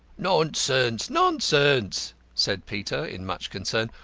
nonsense, nonsense, said peter, in much concern.